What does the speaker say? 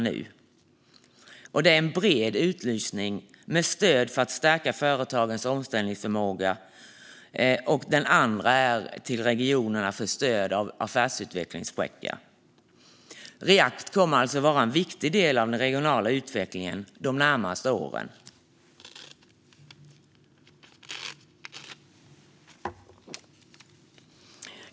Den ena är en bred utlysning med stöd för att stärka företagens omställningsförmåga, och den andra är en utlysning till regionerna för stöd till affärsutvecklingscheckar. React-EU kommer alltså att vara en viktig del i den regionala utvecklingen de närmaste åren.